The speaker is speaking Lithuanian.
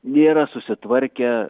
nėra susitvarkę